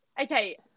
okay